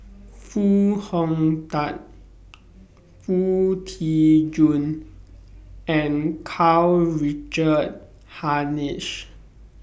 Foo Hong Tatt Foo Tee Jun and Karl Richard Hanitsch